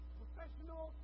professional